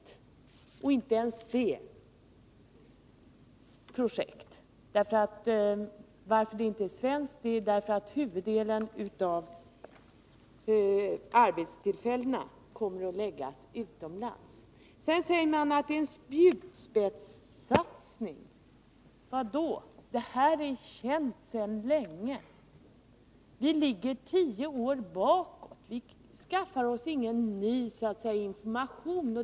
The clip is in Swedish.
Det är inte ens ett svenskt projekt. Huvuddelen av arbetstillfällena kommer att läggas utomlands. Sedan säger man att det är en spjutspetssatsning. Vad då? Den här tekniken är känd sedan länge. Vi ligger tio år tillbaka i tiden. Vi skaffar oss ingen ny information.